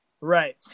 Right